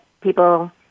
people